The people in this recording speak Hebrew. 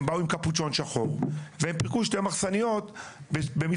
הם באו עם קפוצ'ון שחור והם פרקו שתי מחסניות במתחם